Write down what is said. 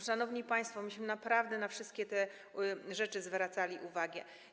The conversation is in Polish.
Szanowni państwo, myśmy naprawdę na wszystkie te rzeczy zwracali uwagę.